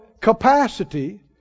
capacity